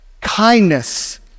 Kindness